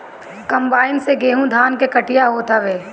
combine से गेंहू धान के कटिया होत हवे